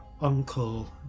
Uncle